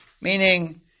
Meaning